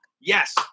Yes